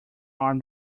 arm